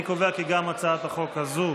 אני קובע כי גם הצעת החוק הזאת